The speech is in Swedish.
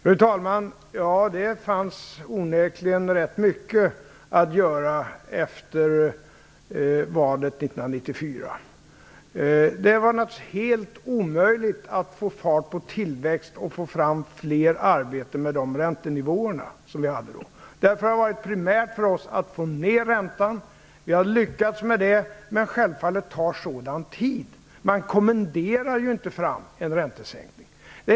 Fru talman! Ja, det fanns onekligen rätt mycket att göra efter valet 1994. Naturligtvis var det helt omöjligt att få fart på tillväxten och att få fram fler arbeten med de räntenivåer som vi då hade. Därför har det primära för oss varit att få ner räntan. Vi har lyckats med det, men självfallet tar sådant tid. Man kommenderar inte fram en räntesänkning.